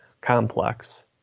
complex